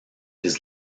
his